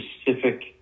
specific